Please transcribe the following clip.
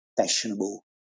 fashionable